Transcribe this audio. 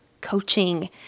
coaching